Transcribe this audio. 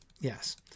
yes